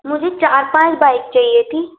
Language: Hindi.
मुझे चार पाँच बाइक चाहिए थी